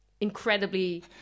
incredibly